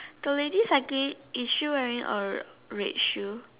the lady cycling is she wearing a red shoe